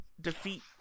defeat